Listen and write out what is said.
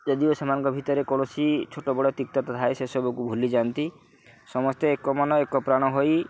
ଯଦିଓ ସେମାନଙ୍କ ଭିତରେ କୌଣସି ଛୋଟ ବଡ଼ ତିକ୍ତତା ଥାଏ ସେସବୁକୁ ଭୁଲିଯାଆନ୍ତି ସମସ୍ତେ ଏକ ମନ ଏକ ପ୍ରାଣ ହୋଇ